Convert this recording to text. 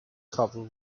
couple